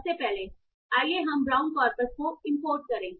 सबसे पहले आइए हम ब्राउन कॉर्पस को इंपोर्ट करें